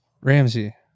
Ramsey